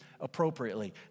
appropriately